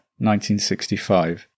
1965